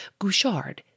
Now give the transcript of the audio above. Gouchard